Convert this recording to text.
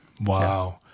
Wow